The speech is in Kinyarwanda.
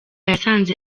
yasanze